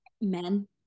men